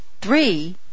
Three